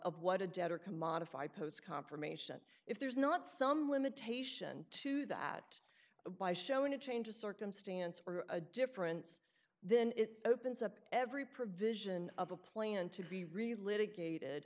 of what a debtor can modify post confirmation if there's not some limitation to that by showing a change of circumstance or a difference then it opens up every provision of the plan to be really litigated